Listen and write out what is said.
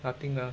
nothing ah